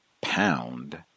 pound